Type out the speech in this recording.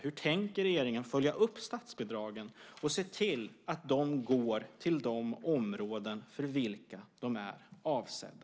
Hur tänker regeringen följa upp statsbidragen och se till att de går till de områden för vilka de är avsedda?